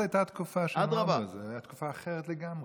אז הייתה תקופה שונה בזה, הייתה תקופה אחרת לגמרי.